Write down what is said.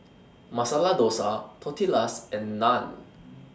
Masala Dosa Tortillas and Naan